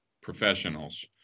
professionals